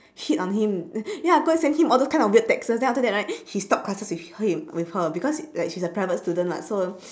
hit on him ya go and send him all those kind of weird texts then after that right he stop crushes with him with her because like she's a private student [what] so